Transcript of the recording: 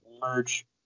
merge